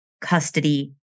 custody